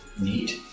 Neat